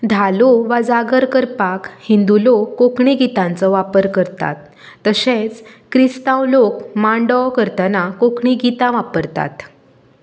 धालो वा जागर करपाक हिंदू लोक कोंकणी गितांचो वापर करतात तशेंच क्रिस्तांव लोक मांडो करतना कोंकणी गितां वापरतात